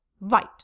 Right